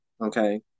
Okay